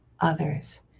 others